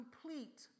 complete